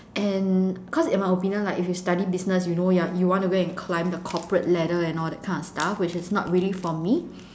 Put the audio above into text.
and cause in my opinion like if you study business you know you're you want to go and climb the corporate ladder and all that kind of stuff which is not really for me